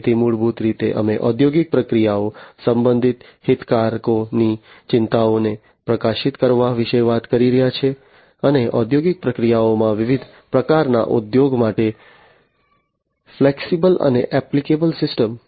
તેથી મૂળભૂત રીતે અમે ઔદ્યોગિક પ્રક્રિયાઓ સંબંધિત હિતધારકોની ચિંતાઓને પ્રકાશિત કરવા વિશે વાત કરી રહ્યા છીએ અને ઔદ્યોગિક પ્રક્રિયાઓમાં વિવિધ પ્રકારના ઉપયોગ માટે ફ્લેક્સિબલ અને એપ્લિકેબલ સિસ્ટમ